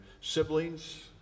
siblings